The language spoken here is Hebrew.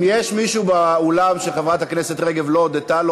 אם יש מישהו באולם שחברת הכנסת רגב לא הודתה לו,